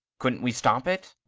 couldn't we stop it?